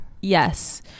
Yes